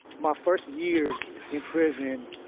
my first years in prison,